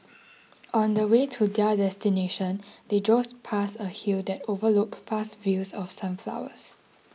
on the way to their destination they drove past a hill that overlooked vast fields of sunflowers